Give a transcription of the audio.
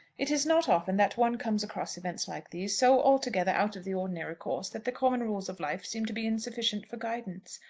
it is not often that one comes across events like these, so altogether out of the ordinary course that the common rules of life seem to be insufficient for guidance.